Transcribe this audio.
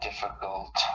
difficult